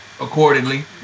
accordingly